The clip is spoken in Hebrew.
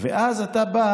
ואז אתה בא